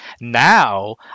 Now